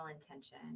intention